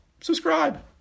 subscribe